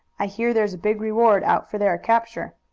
i hear there's a big reward out for their capture.